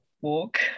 walk